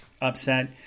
upset